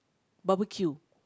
barbecue